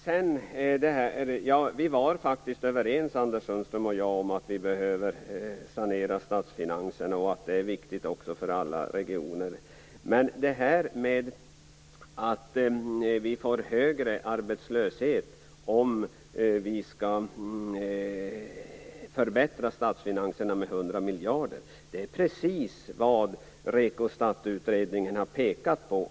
Anders Sundström och jag var faktiskt överens om att vi behöver sanera statsfinanserna och att det är viktigt för alla regioner. Att vi får högre arbetslöshet om vi skall förbättra statsfinanserna med 100 miljarder är precis vad REKO-STAT-utredningen har pekat på.